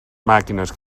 màquines